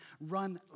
run